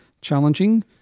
challenging